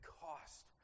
cost